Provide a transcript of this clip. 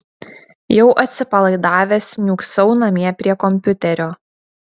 jau atsipalaidavęs niūksau namie prie kompiuterio